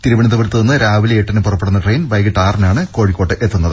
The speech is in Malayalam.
തിരുവനന്തപുരത്തുനിന്ന് രാവിലെ എട്ടിന് പുറപ്പെടുന്ന ട്രെയിൻ വൈകിട്ട് ആറിനാണ് കോഴിക്കോട്ടെത്തുക